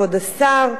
כבוד השר,